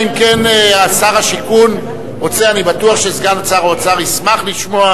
אני בטוח שסגן שר האוצר ישמח לשמוע